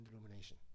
illumination